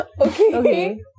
Okay